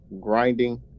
Grinding